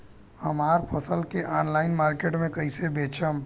हमार फसल के ऑनलाइन मार्केट मे कैसे बेचम?